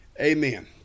Amen